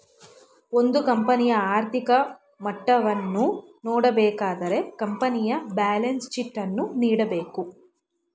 ಒಂದು ಕಂಪನಿಯ ಆರ್ಥಿಕ ಮಟ್ಟವನ್ನು ನೋಡಬೇಕಾದರೆ ಕಂಪನಿಯ ಬ್ಯಾಲೆನ್ಸ್ ಶೀಟ್ ಅನ್ನು ನೋಡಬೇಕು